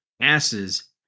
asses